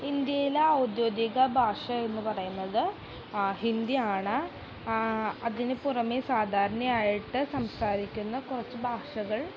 ഇന്ത്യയിലെ ഔദ്യോഗിക ഭാഷ എന്നു പറയുന്നത് ഹിന്ദിയാണ് അതിനു പുറമെ സാധാരണയായിട്ട് സംസാരിക്കുന്ന കുറച്ചു ഭാഷകൾ